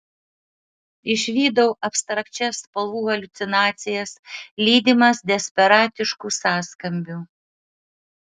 išvydau abstrakčias spalvų haliucinacijas lydimas desperatiškų sąskambių